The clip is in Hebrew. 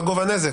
מה הנזק?